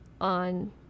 on